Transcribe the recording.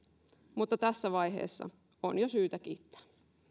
mutta jo tässä vaiheessa on syytä kiittää